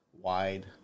wide